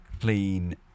clean